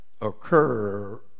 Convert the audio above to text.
occur